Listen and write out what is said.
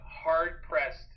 hard-pressed